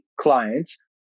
clients